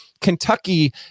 Kentucky